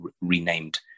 renamed